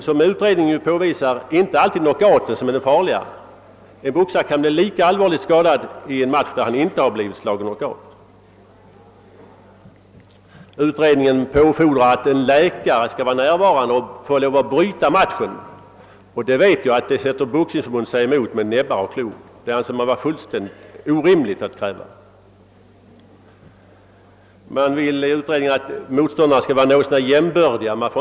Som utredningen påvisar är det inte heller endast knockouten som är farlig. En boxare kan bli allvarligt skadad under en match där han inte blivit slagen knockout. Utredningen förordar att en läkare skall vara närvarande och kunna bryta matchen, men det vet jag att man på Boxningsförbundet sätter sig emot med näbbar och klor. Man anser det vara fullkomligt orimligt att kräva det. Vidare vill utredningen att motståndarna skall vara något så när jämbördiga.